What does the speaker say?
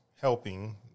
helping